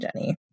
Jenny